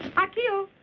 akio?